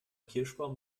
kirschbaum